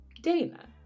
Dana